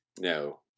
no